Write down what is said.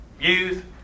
youth